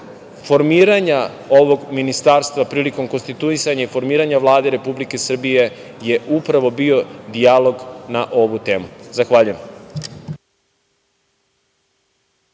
formiranja ovog ministarstva prilikom konstituisanja i formiranja Vlade Republike Srbije je upravo bio dijalog na ovu temu. Zahvaljujem.